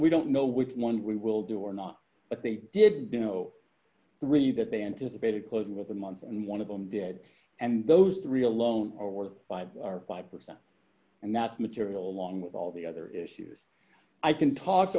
we don't know which one we will do or not but they did you know three that they anticipated close with a month and one of them did and those three alone or five are five percent and that material along with all the other issues i can talk